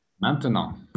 Maintenant